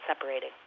separating